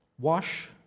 Wash